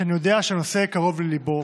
שאני יודע שהנושא קרוב לליבו,